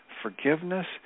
Forgiveness